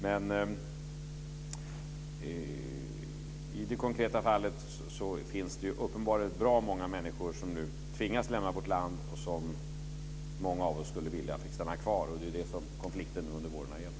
Men i det konkreta fallet finns det uppenbarligen bra många människor som nu tvingas lämna vårt land och som många av oss skulle vilja fick stanna kvar, och det är det som konflikten under våren har gällt.